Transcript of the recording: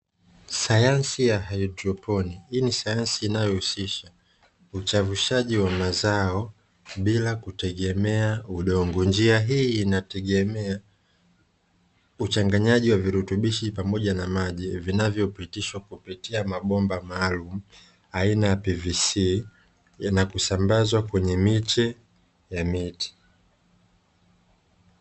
Sayansi ya haidroponi, hii ni sayansi inayohusisha uchepushaji wa mazao bila kutegemea udongo, njia hii inategemea uchanganyaji wa virutubishi pamoja na maji vinavyopitishwa kupitia mabomba maalumu aina ya PVC na kusambazwa kwenye miche ya miti.